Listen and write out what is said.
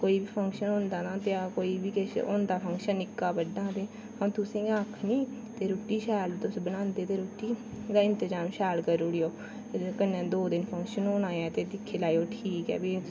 कोई फंक्शन होंदा न ते किश बी होंदा फंक्शन निक्का बड्डा अ'ऊं तुसें गी गै आखनी रुट्टी शैल तुस बनांदे ते रुट्टी दा शैल तुस इंतजाम करी ओड़े ओ कन्नै दौं दिन फंक्शन होना ऐ ते दिक्खी लेऔ ठीक ऐ